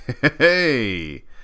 Hey